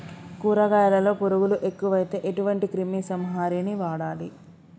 కూరగాయలలో పురుగులు ఎక్కువైతే ఎటువంటి క్రిమి సంహారిణి వాడాలి?